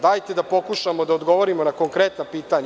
Dajte da pokušamo da odgovorimo na konkretna pitanja.